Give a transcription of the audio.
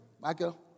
Michael